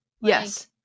yes